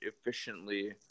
efficiently